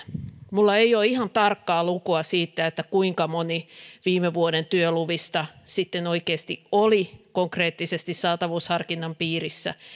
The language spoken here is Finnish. minulla ei ole ihan tarkkaa lukua siitä kuinka moni viime vuoden työluvista sitten oikeasti oli konkreettisesti saatavuusharkinnan piirissä